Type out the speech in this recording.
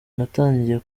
natangiye